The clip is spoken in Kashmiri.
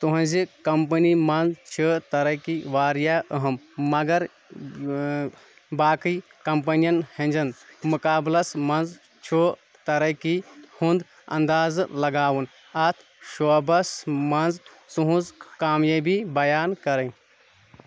تہنٛزِ کمپنی منٛز چھِ ترقی واریاہ اہم مگر باقٕے کمپنین ہنٛزین مُقابلَس منٛز چھُ ترقی ہُنٛد اندازٕ لگاوُن اتھ شعبس منٛز تہنٛز کامیٲبی بیان کرٕنۍ